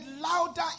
louder